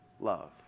love